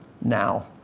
now